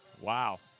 Wow